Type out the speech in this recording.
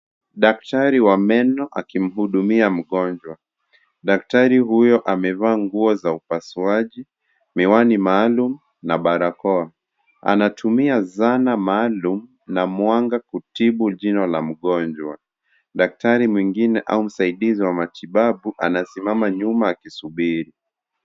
Daktari wa meno akimhudumia mgonjwa daktari huyo amevaa nguo za upasuaji miwani maalum na barakoa anatumia zana maalum na mwanga kutibu jino la mgonjwa ,daktari mwingine au msaidizi wa matibabu anasimama nyuma akisubiri.